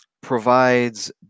provides